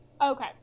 Okay